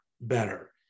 better